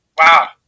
Wow